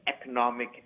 economic